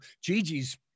Gigi's